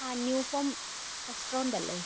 അ new form restaurant അല്ലെ